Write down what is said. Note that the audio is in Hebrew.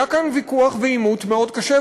היה כאן ויכוח ועימות מאוד קשה,